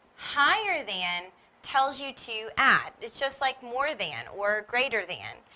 higher than tells you to add. it's just like more than or greater than,